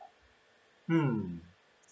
mm